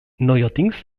neuerdings